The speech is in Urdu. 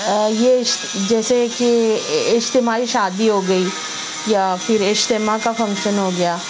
یہ جیسے کے اجتماعی شادی ہو گئی یا پھر اجتماع کا فنکشن ہو گیا